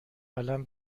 قلم